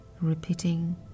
repeating